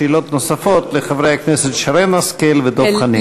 שאלות נוספות לחברי הכנסת שרן השכל ודב חנין.